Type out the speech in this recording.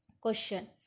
Question